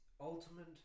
ultimate